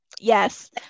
Yes